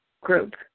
group